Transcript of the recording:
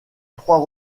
trois